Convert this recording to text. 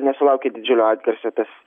nesulaukė didžiulio atgarsio tas